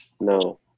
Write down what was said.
no